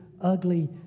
ugly